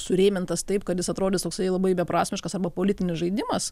surėmintas taip kad jis atrodys toksai labai beprasmiškas arba politinis žaidimas